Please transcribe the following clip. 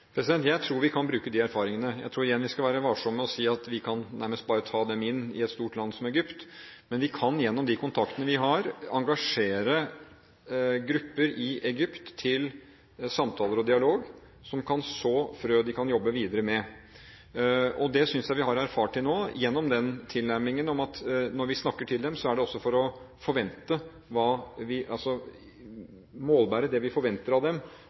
Jeg tror vi kan bruke de erfaringene. Jeg tror vi igjen skal være varsomme med å si at vi nærmest bare kan ta dem inn i et stort land som Egypt, men vi kan gjennom de kontaktene vi har, engasjere grupper i Egypt til samtaler og dialog, som kan så frø de kan jobbe videre med. Det synes jeg vi har erfart til nå gjennom den tilnærmingen at når vi snakker til dem, er det også for å målbære det vi forventer av dem, dersom de blir et gangbart demokrati. Det er en tendens til at veldig mange av